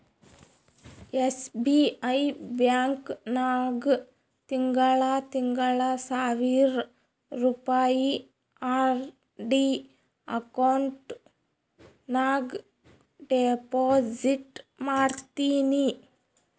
SBI bank ನಾಗ್ ತಿಂಗಳಾ ತಿಂಗಳಾ ಸಾವಿರ್ ರುಪಾಯಿ ಆರ್.ಡಿ ಅಕೌಂಟ್ ನಾಗ್ ಡೆಪೋಸಿಟ್ ಮಾಡ್ತೀನಿ